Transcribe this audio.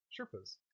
Sherpas